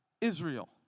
Israel